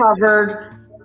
covered